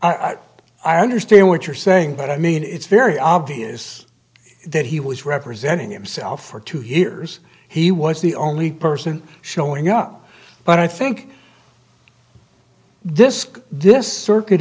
thought i understand what you're saying but i mean it's very obvious that he was representing himself for two years he was the only person showing up but i think this this circuit